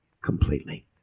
Completely